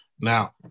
Now